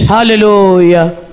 Hallelujah